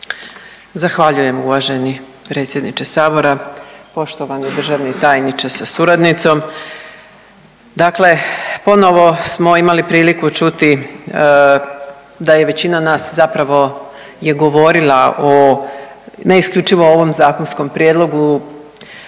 Zahvaljujem uvaženi predsjedniče Sabora, poštovani državni tajniče sa suradnicom. Dakle, ponovno smo imali priliku čuti da je većina nas zapravo je govorila o ne isključivo o ovom zakonskom prijedlogu